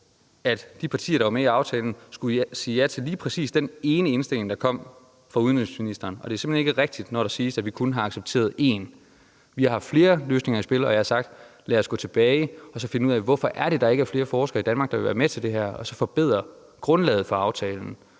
at de partier, der var med i aftalen, skulle sige ja til lige præcis den ene indstilling, der kom fra udenrigsministeren. Og det er simpelt hen ikke rigtigt, når der siges, at vi kun har accepteret én. Vi har haft flere løsninger i spil, og jeg har sagt: Lad os gå tilbage og finde ud af, hvorfor det er, der ikke er flere forskere i Danmark, der vil være med til det her, og så forbedre grundlaget for aftalen.